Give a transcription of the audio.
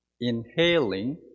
inhaling